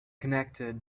connected